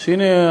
שהנה,